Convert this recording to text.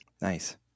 Nice